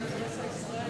האינטרס הישראלי,